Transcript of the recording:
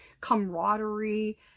camaraderie